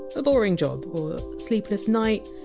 a boring job, a sleepless night,